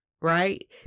right